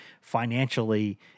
financially